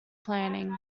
planning